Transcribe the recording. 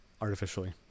artificially